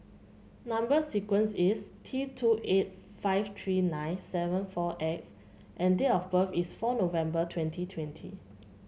number sequence is T two eight five three nine seven four X and date of birth is four November twenty twenty